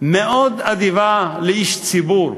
מאוד אדיבה לאיש ציבור,